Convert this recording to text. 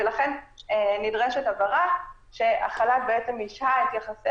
ולכן נדרשת הבהרה שהחל"ת השהה את יחסי